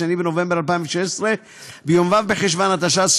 2 בנובמבר 2016. ביום ו' בחשוון התשע"ז,